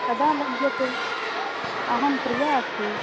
कदा लभ्यते अहं प्रिया अस्मि